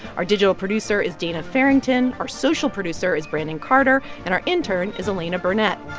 our digital producer is dana farrington. our social producer is brandon carter. and our intern is elena burnett.